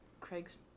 craig's